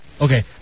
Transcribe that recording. Okay